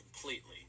completely